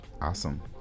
awesome